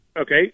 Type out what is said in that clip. Okay